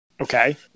Okay